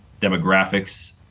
demographics